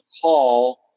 call